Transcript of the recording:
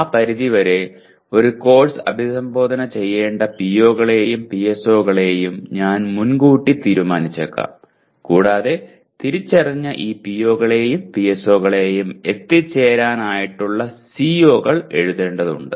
ആ പരിധിവരെ ഒരു കോഴ്സ് അഭിസംബോധന ചെയ്യേണ്ട PO കളെയും PSO കളെയും നാം മുൻകൂട്ടി തീരുമാനിച്ചേക്കാം കൂടാതെ തിരിച്ചറിഞ്ഞ ഈ PO കളെയും PSO കളെയും എത്തിച്ചേരാൻ ആയിട്ടുള്ള CO കൾ എഴുതേണ്ടതുണ്ട്